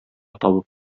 табып